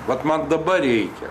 vat man dabar reikia